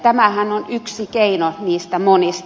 tämähän on yksi keino niistä monista